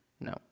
No